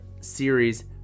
series